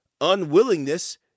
unwillingness